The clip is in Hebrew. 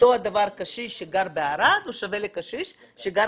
אותו דבר קשיש שגר בערד הוא שווה לקשיש שגר